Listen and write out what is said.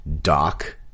doc